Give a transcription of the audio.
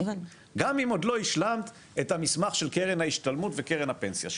גם אם עוד לא השלמת את המסמך של קרן ההשתלמות וקרן הפנסיה שלך,